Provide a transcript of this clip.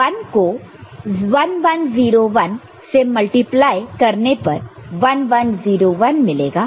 तो 1 को 1 1 0 1 से मल्टिप्लाई करने पर 1 1 0 1 मिलेगा